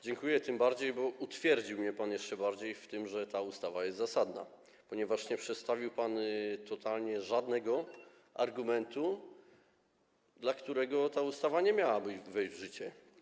Dziękuję tym bardziej, bo utwierdził mnie pan jeszcze bardziej w tym, że ta ustawa jest zasadna, ponieważ nie przedstawił pan totalnie żadnego argumentu, dla którego ta ustawa nie miałaby wejść w życie.